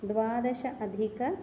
द्वादशाधिकम्